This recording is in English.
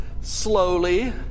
slowly